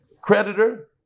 creditor